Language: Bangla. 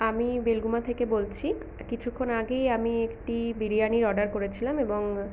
আমি বেলগুমা থেকে বলছি কিছুক্ষণ আগেই আমি একটি বিরিয়ানির অর্ডার করেছিলাম এবং